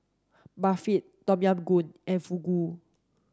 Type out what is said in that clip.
Barfi Tom Yam Goong and Fugu